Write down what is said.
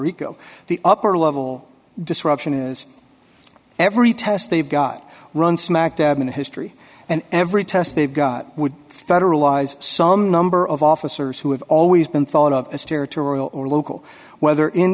rico the upper level disruption is every test they've got run smack dab in history and every test they've got would federalize some number of officers who have always been thought of as territorial or local whether in